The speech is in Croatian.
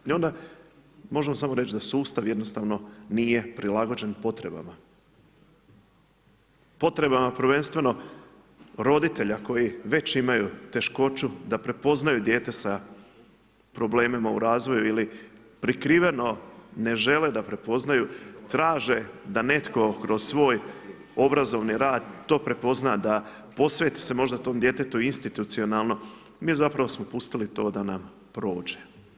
I onda, možemo samo reći da sustav jednostavno nije prilagođen potrebama, potrebama prvenstveno roditelja koji već imaju teškoću da prepoznaju dijete sa problemima u razvoju ili prikriveno ne žele da prepoznaju, traže da netko kroz svoj obrazovni rad, to prepozna, da posveti se možda tom djetetu institucionalno i mi zapravo smo putili to da nam prođe.